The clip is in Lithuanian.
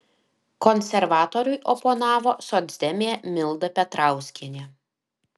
konservatoriui oponavo socdemė milda petrauskienė